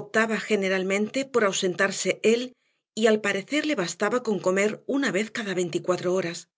optaba generalmente por ausentarse él y al parecer le bastaba con comer una vez cada veinticuatro horas